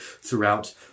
throughout